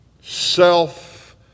Self